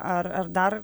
ar ar dar